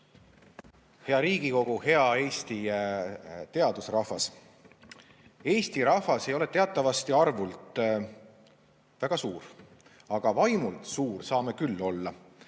Hea Riigikogu! Hea Eesti teadusrahvas! Eesti rahvas ei ole teatavasti arvult väga suur, aga vaimult suur saame küll olla.